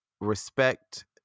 respect